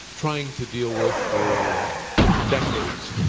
trying to deal with for decades